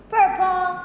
Purple